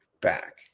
back